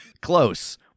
Close